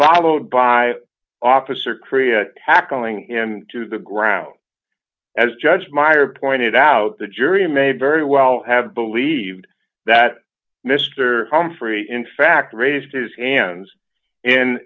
followed by officer korea tackling him to the ground as judge meyer pointed out the jury may very well have believed that mr humphrey in fact raised his hands